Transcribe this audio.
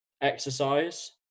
exercise